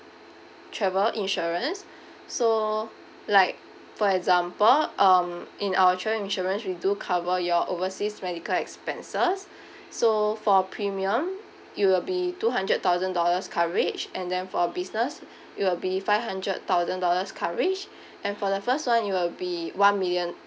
travel insurance so like for example um in our travel insurance we do cover your overseas medical expenses so for premium it will be two hundred thousand dollars coverage and then for business it will be five hundred thousand dollars coverage and for the first one it will be one million